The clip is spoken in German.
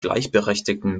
gleichberechtigten